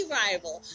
rival